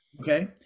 Okay